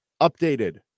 updated